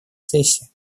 сессии